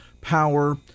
power